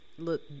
look